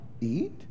eat